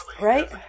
Right